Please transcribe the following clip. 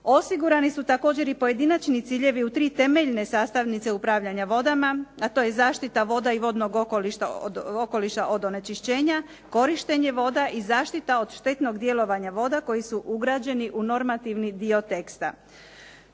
Osigurani su također i pojedinačni ciljevi u 3 temeljne sastavnice upravljanja vodama, a to je zaštita voda i vodnog okoliša od onečišćenja, korištenje voda i zaštita od štetnog djelovanja voda koji su ugrađeni u normativni dio teksta.